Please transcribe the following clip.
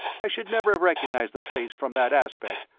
i should never have recognized the place from that aspect,